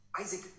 Isaac